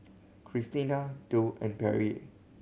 Christina Dow and Pierre